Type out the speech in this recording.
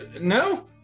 No